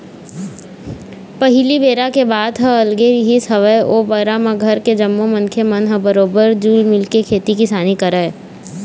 पहिली बेरा के बात ह अलगे रिहिस हवय ओ बेरा म घर के जम्मो मनखे मन ह बरोबर जुल मिलके खेती किसानी करय